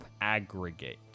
Aggregate